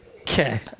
Okay